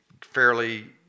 fairly